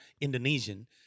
Indonesian